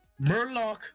Murloc